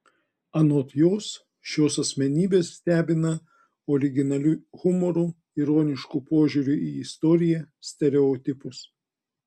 anot jos šios asmenybės stebina originaliu humoru ironišku požiūriu į istoriją stereotipus